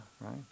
right